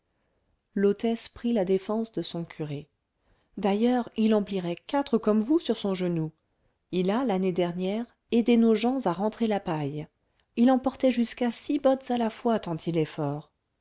l'hôtesse prit la défense de son curé d'ailleurs il en plierait quatre comme vous sur son genou il a l'année dernière aidé nos gens à rentrer la paille il en portait jusqu'à six bottes à la fois